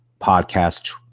podcast